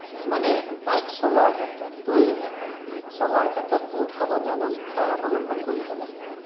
মানে বাইক চলোৱাৰ ক্ষেত্ৰত টু হুইলাৰ চলোৱাৰ ক্ষেত্ৰত বহুত সাৱধানতা অৱলম্বন কৰিব লাগে